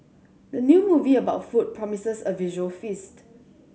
the new movie about food promises a visual feast